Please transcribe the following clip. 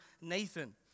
Nathan